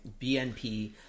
BNP